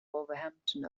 wolverhampton